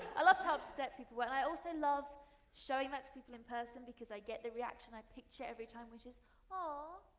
i loved how upset people were and i also loved showing that to people in person because i get the reaction i picture every time which is ah